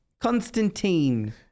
Constantine